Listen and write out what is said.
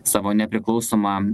savo nepriklausomą